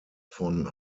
von